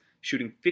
shooting